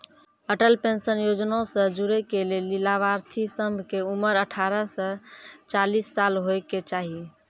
Atal pension Yojana से जुड़ै के लेली लाभार्थी सभ के उमर अठारह से चालीस साल होय के चाहि